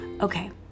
Okay